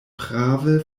prave